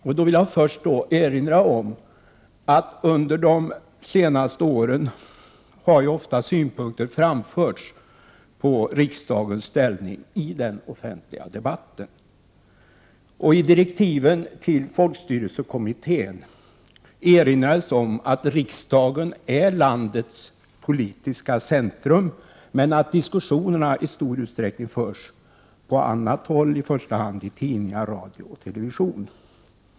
Jag vill först erinra om att det under de senaste åren ofta har framförts synpunkter på riksdagens ställning i den offentliga debatten. I direktiven till folkstyrelsekommittén erinrades om att riksdagen är landets politiska centrum men att diskussionerna i stor utsträckning förs på annat håll, i första hand i tidningar, radio och television.